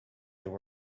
there